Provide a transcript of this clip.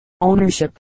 ownership